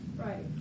Right